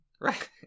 Right